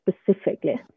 specifically